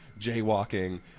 jaywalking